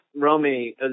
Romy